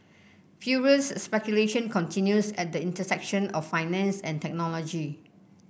furious speculation continues at the intersection of finance and technology